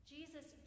Jesus